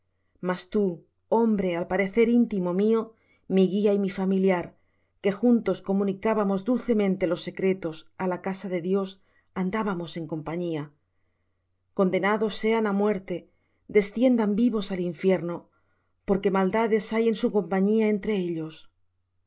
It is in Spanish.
mas tú hombre al parecer íntimo mío mi guía y mi familiar que juntos comunicábamos dulcemente los secretos a la casa de dios andábamos en compañía condenados sean á muerte desciendan vivos al infierno porque maldades hay en su compañía entre ellos